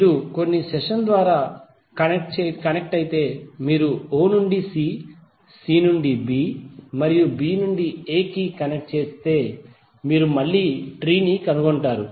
మీరు కొన్ని సెషన్ ద్వారా కనెక్ట్ అయితే మీరు o నుండి c c నుండి b మరియు b నుండి a కి కనెక్ట్ చేస్తే మీరు మళ్ళీ ట్రీ ను కనుగొంటారు